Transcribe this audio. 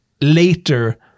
later